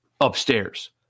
upstairs